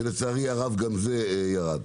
כשלצערי הרב גם זה ירד.